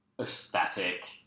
aesthetic